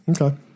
Okay